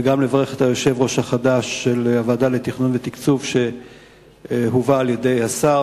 וגם לברך את היושב-ראש החדש של הוועדה לתכנון ותקצוב שהובא על-ידי השר,